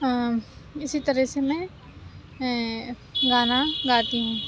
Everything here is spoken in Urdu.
اِسی طرح سے میں گانا گاتی ہوں